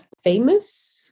famous